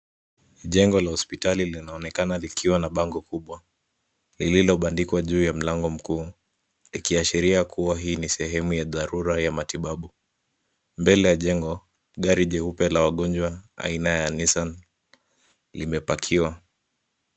Jengo la hospitali linaonekana likiwa na bango kubwa, lililobandikwa juu ya mlango mkuu, ikiashiria kuwa hii ni sehemu ya dharura ya matibabu. Mbele ya jengo, gari jeupe la wagonjwa, aina ya Nissan, limepakiwa.